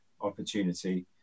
opportunity